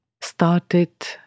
started